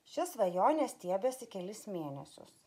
ši svajonė stiebėsi kelis mėnesius